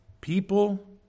People